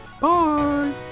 Bye